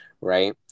right